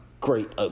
great